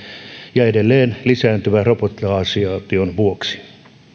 ja edelleen lisääntyvän robotisaation vuoksi